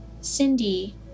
Cindy